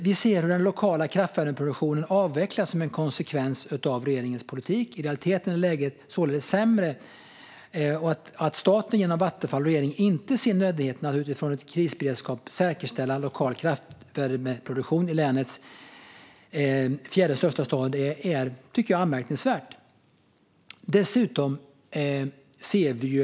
Vi ser hur den lokala kraftvärmeproduktionen avvecklas som en konsekvens av regeringens politik. I realiteten är läget således sämre. Att staten genom Vattenfall och regeringen inte ser nödvändigheten i att utifrån ett krisberedskapsperspektiv säkerställa lokal kraftvärmeproduktion i landets fjärde största stad är anmärkningsvärt, tycker jag.